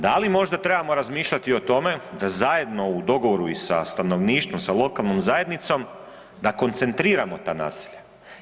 Da li možda trebamo razmišljati o tome da zajedno u dogovoru i sa stanovništvom, sa lokalnom zajednicom da koncentriramo ta naselja.